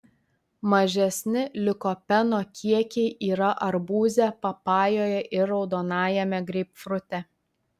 mažesni likopeno kiekiai yra arbūze papajoje ir raudonajame greipfrute